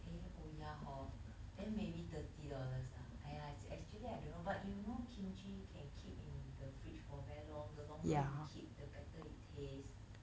eh oh ya hor then maybe thirty dollars lah !aiya! actually I don't know but you know kimchi can keep in the fridge for very long the longer you keep the better it tastes